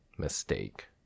mistake